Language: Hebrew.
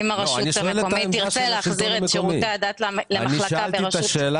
אם הרשות המקומית תרצה להחזיר את שירותי הדת למחלקה בראשות --- לא,